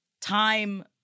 time